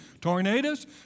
Tornadoes